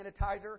sanitizer